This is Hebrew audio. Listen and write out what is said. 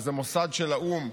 שזה מוסד של האו"ם,